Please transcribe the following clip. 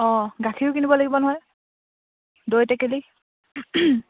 অঁ গাখীৰো কিনিব লাগিব নহয় দৈ টেকেলি